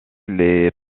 les